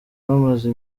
bamaze